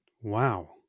Wow